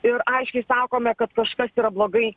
ir aiškiai sakome kad kažkas yra blogai